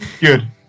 Good